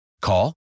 Call